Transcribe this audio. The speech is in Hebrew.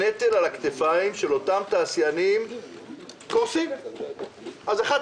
הנטל על הכתפיים של אותם תעשיינים גדל והם קורסים.